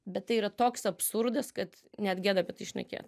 bet tai yra toks absurdas kad net gėda apie tai šnekėt